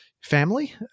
family